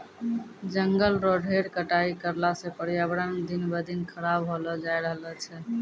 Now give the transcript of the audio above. जंगल रो ढेर कटाई करला सॅ पर्यावरण दिन ब दिन खराब होलो जाय रहलो छै